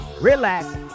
relax